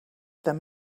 them